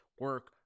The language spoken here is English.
Work